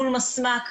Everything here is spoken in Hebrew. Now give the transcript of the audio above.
מול מסמ"ק,